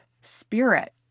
Spirit